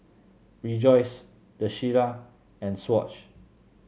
Rejoice The Shilla and Swatch